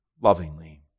lovingly